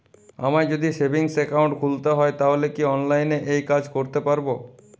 আমায় যদি savings account খুলতে হয় তাহলে কি অনলাইনে এই কাজ করতে পারবো?